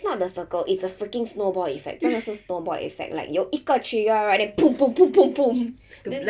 its not the circle it's a freaking snowball effect 真的是 snowball effect like 有一个 trigger right then poom poom poom poom poom then